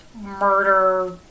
murder